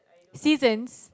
seasons